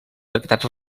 tractats